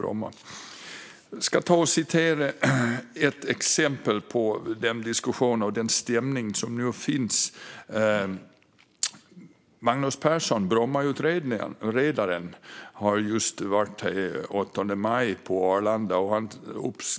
Jag ska ta ett exempel på den diskussion och den stämning som nu finns. Brommautredaren Magnus Persson var på Arlanda den 8 maj, och han